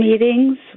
meetings